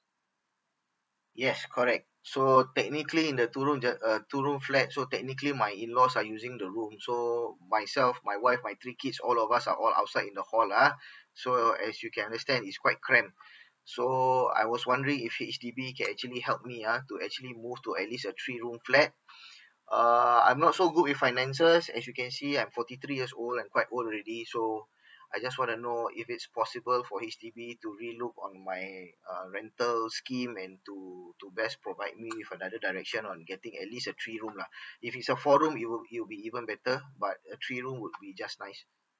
yes correct so technically in the two room the uh two room flat so technically my in laws are using the room so myself my wife my three kids all of us are all outside in the hall ah so as you can understand is quite cramp so I was wondering if H_D_B can actually help me ah to actually move to at least a three room flat uh I'm not so good with finances as you can see I'm forty three years old I'm quite old already so I just want to know if it's possible for H_D_B to re look on my uh rental scheme and to to best provide me with another direction on getting at least a three room lah if it's a four room it would it would be even better but a three room would be just nice